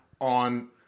on